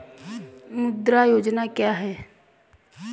मुद्रा योजना क्या है?